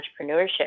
entrepreneurship